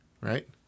Right